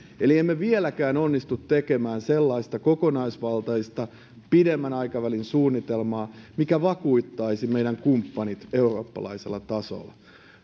eli emme vieläkään onnistu tekemään sellaista kokonaisvaltaista pidemmän aikavälin suunnitelmaa mikä vakuuttaisi meidän kumppanimme eurooppalaisella tasolla